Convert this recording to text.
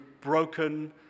broken